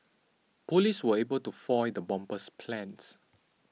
police were able to foil the bomber's plans